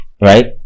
right